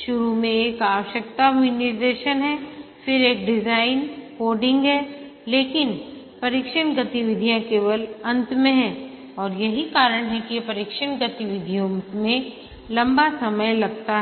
शुरू में एक आवश्यकता विनिर्देशन है फिर एक डिजाइन कोडिंग हैलेकिन परीक्षण गतिविधियां केवल अंत में हैं और यही कारण है कि परीक्षण गतिविधियों में लंबा समय लगता है